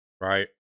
Right